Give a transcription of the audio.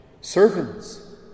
servants